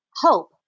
Hope